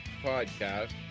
podcast